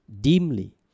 dimly